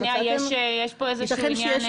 רגע, יש פה איזה שהוא עניין משפטי.